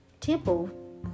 temple